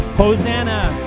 Hosanna